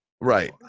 right